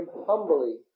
humbly